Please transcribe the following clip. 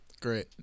Great